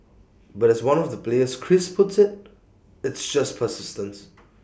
but as one of the players Chris puts IT it's just persistence